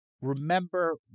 remember